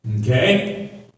Okay